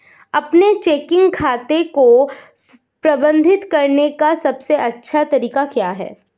अपने चेकिंग खाते को प्रबंधित करने का सबसे अच्छा तरीका क्या है?